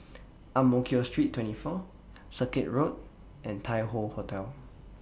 Ang Mo Kio Street twenty four Circuit Road and Tai Hoe Hotel